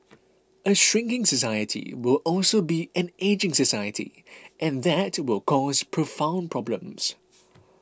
a shrinking society will also be an ageing society and that will cause profound problems